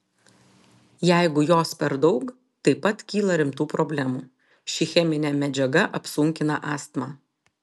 jeigu jos per daug taip pat kyla rimtų problemų ši cheminė medžiaga apsunkina astmą